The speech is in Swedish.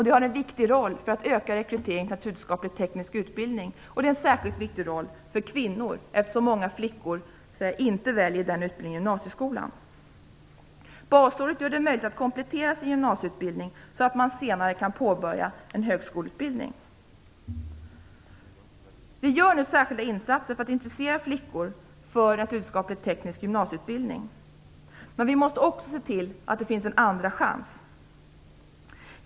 Det har en viktig roll för att öka rekryteringen till naturvetenskaplig-teknisk utbildning, och det har en särskilt viktig roll för kvinnor, eftersom många flickor inte väljer den utbildningen i gymnasieskolan. Basåret gör det möjligt att komplettera sin gymnasieutbildning så att man senare kan påbörja en högskoleutbildning. Vi gör nu särskilda insatser för att intressera flickor för naturvetenskaplig-teknisk gymnasieutbildning. Men vi måste också se till att det finns en andra chans.